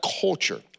culture